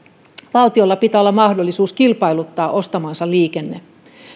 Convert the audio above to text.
valtiolla pitää olla mahdollisuus kilpailuttaa ostamansa liikenne